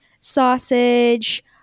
sausage